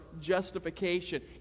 justification